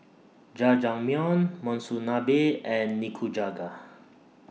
Jajangmyeon Monsunabe and Nikujaga